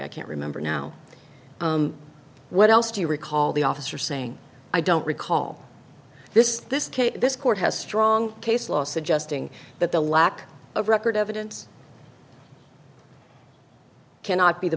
i can't remember now what else do you recall the officer saying i don't recall this this this court has a strong case law suggesting that the lack of record evidence cannot be the